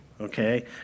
okay